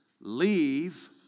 leave